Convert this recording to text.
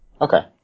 Okay